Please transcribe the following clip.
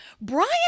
brian